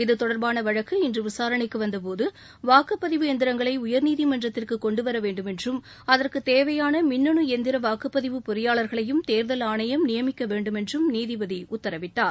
இது தொடர்பான வழக்கு இன்று விசாணைக்கு வந்தபோது வாக்குப்பதிவு எந்திரங்களை உயர்நீதிமன்றத்திற்கு னெண்டுவர வேண்டுமென்றும் அதற்கு தேவையான மின்னனு எந்திர வாக்குப்பதிவு பொறியாளர்களையும் தேர்தல் ஆணையம் நியமிக்க வேண்டுமென்றும் நீதிபதி உத்தரவிட்டார்